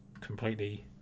completely